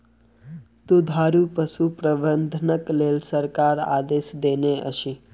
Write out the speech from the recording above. दुधारू पशु प्रबंधनक लेल सरकार आदेश देनै अछि